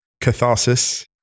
catharsis